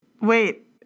Wait